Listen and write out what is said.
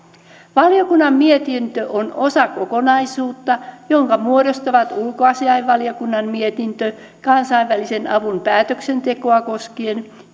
valiokunnan mietintö on osa kokonaisuutta jonka muodostavat ulkoasiainvaliokunnan mietintö kansainvälisen avun päätöksentekoa koskien